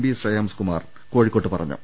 V Shreyamskumar Kozhikode പറ ഞ്ഞു